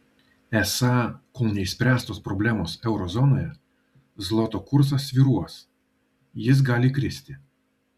esą kol neišspręstos problemos euro zonoje zloto kursas svyruos jis gali kristi